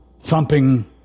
thumping